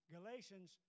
Galatians